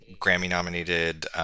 Grammy-nominated